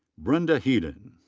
brenda hedden.